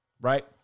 right